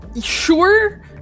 sure